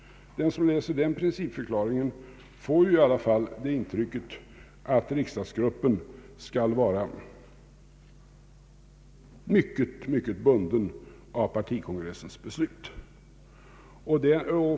Den som läser denna principförklaring får i alla fall intrycket att riksdagsgruppen skall vara mycket bunden av partikongressens beslut.